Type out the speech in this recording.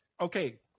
Okay